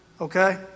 Okay